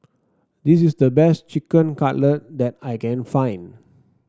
this is the best Chicken Cutlet that I can find